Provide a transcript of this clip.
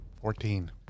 Fourteen